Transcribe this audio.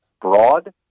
broad